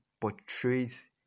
portrays